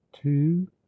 two